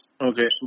Okay